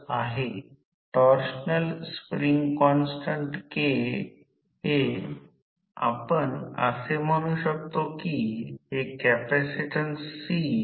तर पुढे ट्रान्सफॉर्मर च्या तुलनेत इंडक्शन मोटर मध्ये प्राथमिक गळतीचा प्रतिक्रिय देखील आवश्यक आहे